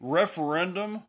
referendum